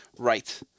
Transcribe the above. Right